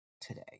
today